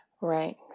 Right